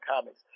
comics